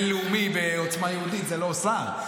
אם אין "לאומי" בעוצמה יהודית זה לא שר,